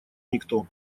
никто